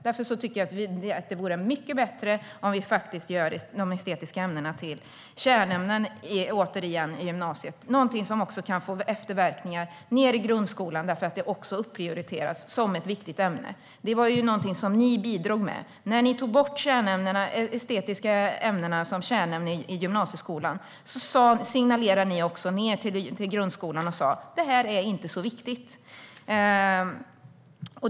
Därför vore det mycket bättre att återigen göra de estetiska ämnena till kärnämnen i gymnasiet. Det skulle också kunna få efterverkningar ned i grundskolan eftersom det prioriteras upp som ett viktigt ämne. När ni tog bort de estetiska ämnena som kärnämnen i gymnasieskolan, Cecilia Magnusson, signalerade ni till grundskolan att de ämnena inte är så viktiga.